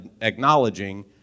acknowledging